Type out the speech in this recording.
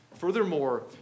Furthermore